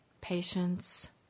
patience